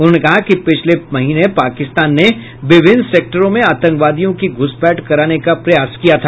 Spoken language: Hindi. उन्होंने कहा कि पिछले महीने पाकिस्तान ने विभिन्न सेक्टरों में आतंकवादियों की घुसपैठ कराने का प्रयास किया था